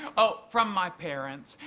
oh, from my parents.